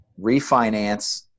refinance